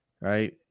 right